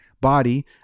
body